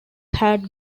had